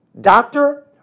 doctor